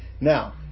Now